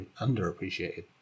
underappreciated